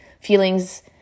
Feelings